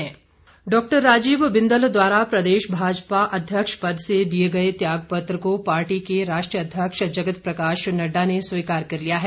बिंदल इस्तीफा डाक्टर राजीव बिंदल द्वारा प्रदेश भाजपा अध्यक्ष पद से दिए गए त्याग पत्र को पार्टी के राष्ट्रीय अध्यक्ष जगत प्रकाश नड़डा ने स्वीकर कर लिया है